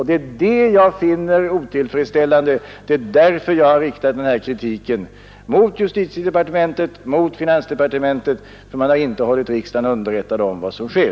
Det är det jag finner otillfredsställande, det är därför jag har riktat den här kritiken mot justitiedepartementet och mot finansdepartementet för att man inte har hållit riksdagen underrättad om vad som sker.